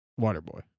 Waterboy